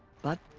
but.